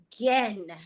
again